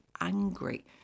angry